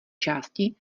části